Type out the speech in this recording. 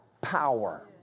power